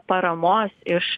paramos iš